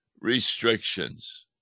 restrictions